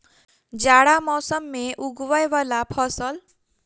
जाड़ा मौसम मे उगवय वला फसल?